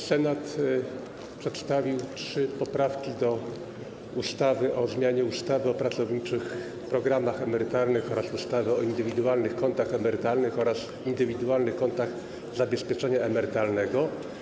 Senat przedstawił trzy poprawki do ustawy o zmianie ustawy o pracowniczych programach emerytalnych oraz ustawy o indywidualnych kontach emerytalnych oraz indywidualnych kontach zabezpieczenia emerytalnego.